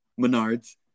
Menards